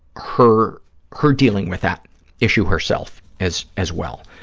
her her dealing with that issue herself as as well,